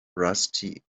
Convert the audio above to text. rusty